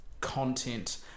content